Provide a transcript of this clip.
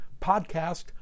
podcast